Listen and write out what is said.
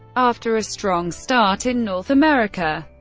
after a strong start in north america,